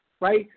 Right